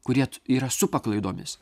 kurie yra su paklaidomis